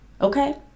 okay